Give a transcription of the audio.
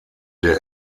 der